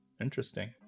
Interesting